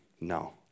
No